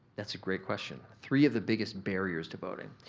that's a great question. three of the biggest barriers to voting.